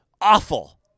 awful